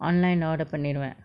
online order பண்ணிருவன்:panniruvan